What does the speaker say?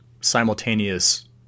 simultaneous